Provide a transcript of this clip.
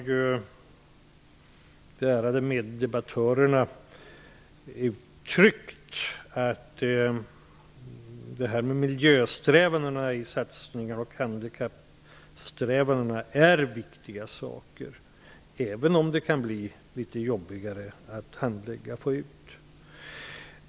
De ärade meddebattörerna har vidare givit uttryck för att miljö och handikappsträvandena är viktiga, även om det kan bli litet jobbigare att handlägga sådana frågor.